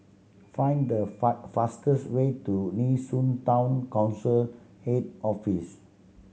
find the fastest way to Nee Soon Town Council Head Office